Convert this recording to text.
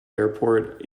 airport